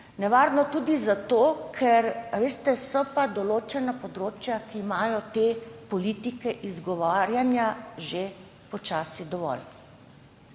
Nevarno tudi zato, ker so določena področja, ki imajo te politike izgovarjanja že počasi dovolj,